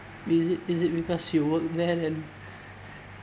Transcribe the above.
is it is it because you work there then